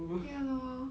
ya lor